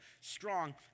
strong